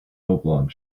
oblong